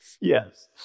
Yes